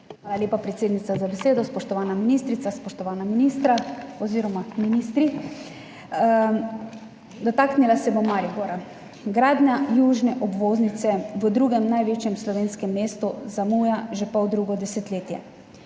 Hvala lepa, predsednica, za besedo. Spoštovana ministrica, spoštovani ministri! Dotaknila se bom Maribora. Gradnja južne obvoznice v drugem največjem slovenskem mestu zamuja že poldrugo desetletje,